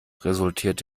resultiert